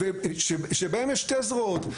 שבהם יש שתי זרועות,